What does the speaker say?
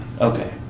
Okay